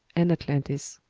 and atlantis.